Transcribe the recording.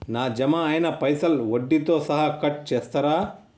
నా జమ అయినా పైసల్ వడ్డీతో సహా కట్ చేస్తరా?